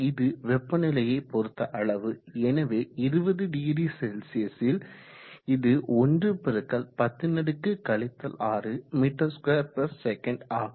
இது வெப்பநிலையை பொறுத்த அளவு எனவே 20°C ல் இது 1×10 6 m2sec ஆகும்